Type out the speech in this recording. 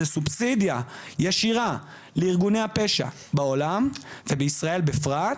זאת סובסידיה ישירה לארגוני הפשע בעולם ובישראל בפרט,